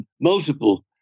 multiple